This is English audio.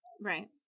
Right